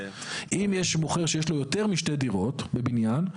אם יש מוכר שיש לו יותר משתי דירות בבניין,